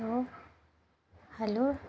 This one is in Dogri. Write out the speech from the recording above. hello hello